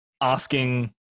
asking